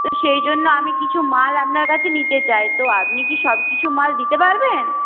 তো সেই জন্য আমি কিছু মাল আপনার কাছে নিতে চাই তো আপনি কি সবকিছু মাল দিতে পারবেন